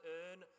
earn